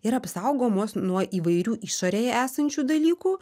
ir apsaugo mus nuo įvairių išorėje esančių dalykų